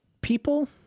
people